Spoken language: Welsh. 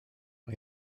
mae